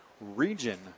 region